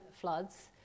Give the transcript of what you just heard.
floods